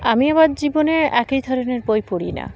আমি আমার জীবনে একই ধরনের বই পড়ি না